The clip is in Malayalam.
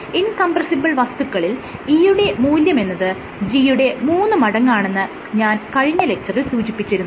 ഇൻ കംപ്രസ്സിബിൾ വസ്തുക്കളിൽ E യുടെ മൂല്യമെന്നത് G യുടെ മൂന്ന് മടങ്ങാണെന്ന് ഞാൻ കഴിഞ്ഞ ലെക്ച്ചറിൽ സൂചിപ്പിച്ചിരുന്നു